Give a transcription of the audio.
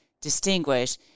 distinguish